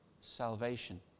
salvation